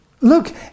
Look